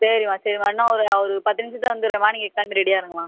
சரிம்மா சரிம்மா என்ன ஒரு ஒரு பத்து நிமிஷத்தில் வந்துடுறேம்மா நீங்கள் கிளம்பி ரெடியாக இருங்கம்மா